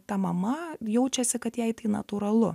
ta mama jaučiasi kad jai tai natūralu